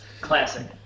classic